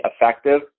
effective